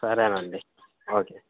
సరే అండి ఓకే